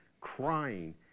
crying